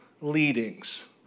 leadings